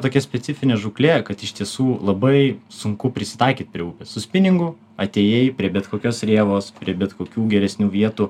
tokia specifinė žūklė kad iš tiesų labai sunku prisitaikyt prie upės su spiningu atėjai prie bet kokios rėvos prie bet kokių geresnių vietų